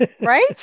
Right